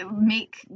make